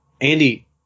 Andy